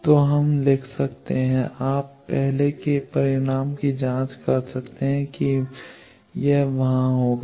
तो हम लिख सकते हैं आप पहले के परिणाम की जांच कर सकते हैं कि यह वहां होगा